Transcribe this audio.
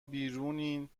بیرونین